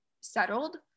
settled